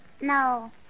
No